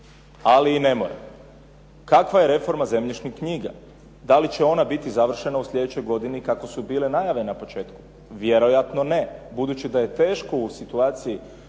Ali i ne mora. Kakva je reforma zemljišnih knjiga? Da li će ona biti završena u slijedećoj godini kakve su bile najave na početku? Vjerojatno ne budući da je teško u situaciji